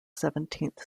seventeenth